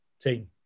team